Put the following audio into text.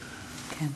כן.